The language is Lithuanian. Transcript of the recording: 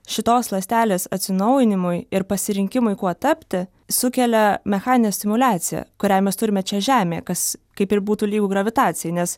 šitos ląstelės atsinaujinimui ir pasirinkimui kuo tapti sukelia mechaninė stimuliacija kurią mes turime čia žemėje kas kaip ir būtų lygu gravitacijai nes